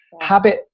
habit